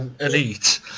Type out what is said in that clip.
Elite